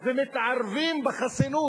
ומתערבים בחסינות,